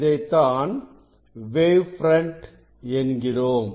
இதைத்தான் wave front என்கிறோம்